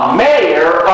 mayor